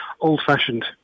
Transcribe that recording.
old-fashioned